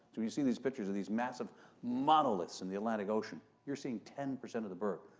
so, you see these pictures of these massive monoliths in the atlantic ocean, you're seeing ten percent of the berg,